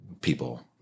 people